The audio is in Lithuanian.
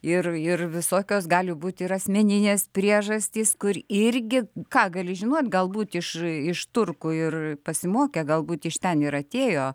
ir ir visokios gali būti ir asmeninės priežastys kur irgi ką gali žinot galbūt iš turkų ir pasimokę galbūt iš ten yra atėjo